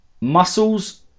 Muscles